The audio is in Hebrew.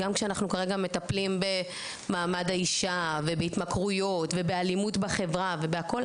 גם כשאנחנו כרגע מטפלים במעמד האישה ובהתמכרויות ובאלימות בחברה ובהכול,